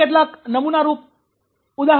હું કેટલાક નનમુનારૂપ ઉદાહરણો આપીશ